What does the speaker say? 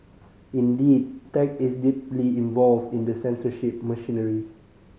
indeed tech is deeply involved in the censorship machinery